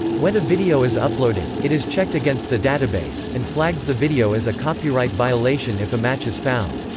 when a video is uploaded, it is checked against the database, and flags the video as a copyright violation if a match is found.